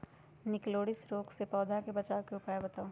निककरोलीसिस रोग से पौधा के बचाव के उपाय बताऊ?